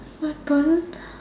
what happen